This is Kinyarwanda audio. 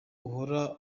uhora